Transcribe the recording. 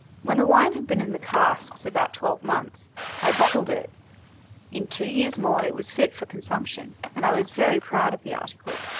when the wine had been in the casks about twelve months i bottled it in two years more it was fit for consumption, and i was very proud of the article.